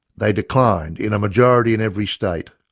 they declined in a majority in every state,